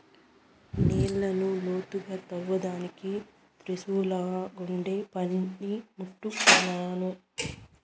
నేలను లోతుగా త్రవ్వేదానికి త్రిశూలంలాగుండే పని ముట్టు కొన్నాను